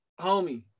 Homie